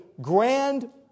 grand